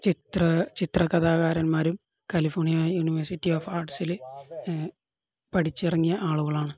ചിത്രകഥാകാരന്മാരും California university of ആർട്സില് പഠിച്ചിറങ്ങിയ ആളുകളാണ്